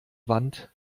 wand